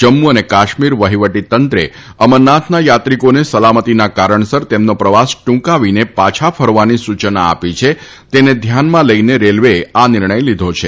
જમ્મુ અને કાશ્મીર વહિવટીતંત્રે અમરનાથના યાત્રિકોને સલામતીના કારણસર તેમનો પ્રવાસ ટુંકાવીને પાછા ફરવાની સૂચના આપી છે તેને ધ્યાનમાં લઇને રેલવેએ આ નિર્ણય લીધો છે